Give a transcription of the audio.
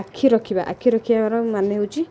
ଆଖି ରଖିବା ଆଖିବାର ମାନେ ହେଉଛି